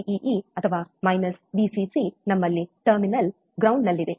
VEE ಅಥವಾ VCC ನಮ್ಮಲ್ಲಿ terminal ನೆಲವಿದೆ